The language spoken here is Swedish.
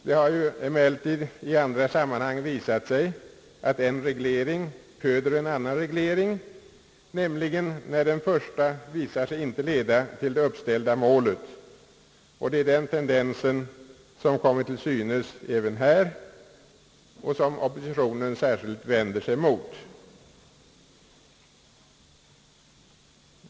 Det har emellertid i andra sammanhang visat sig att en reglering föder en annan reglering, om den första visar sig inte leda till det uppställda målet. Det är den tendensen som kommit till synes även här och som oppositionen särskilt vänt sig emot.